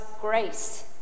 grace